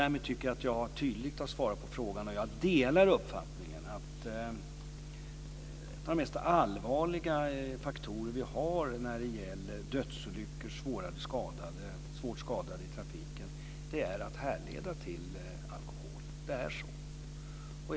Därmed tycker jag att jag tydligt har svarat på frågan. Jag delar uppfattningen att en av de mest allvarliga faktorerna när det gäller dödsolyckor och svårt skadade i trafiken är att härleda till alkohol. Det är så.